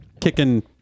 kicking